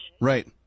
right